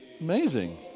Amazing